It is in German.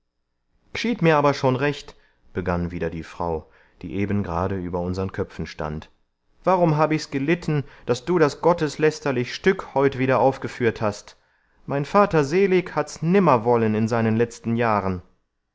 mir aber schon recht begann wieder die frau die eben gerade über unsern köpfen stand warum hab ich's gelitten daß du das gotteslästerlich stück heute wieder aufgeführt hast mein vater selig hat's nimmer wollen in seinen letzten jahren